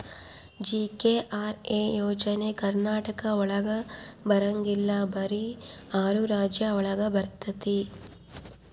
GKRA ಯೋಜನೆ ಕರ್ನಾಟಕ ಒಳಗ ಬರಂಗಿಲ್ಲ ಬರೀ ಆರು ರಾಜ್ಯ ಒಳಗ ಬರ್ತಾತಿ